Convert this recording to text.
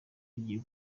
agiye